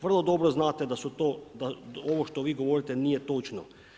Vrlo dobro znate da ovo što vi govorite nije točno.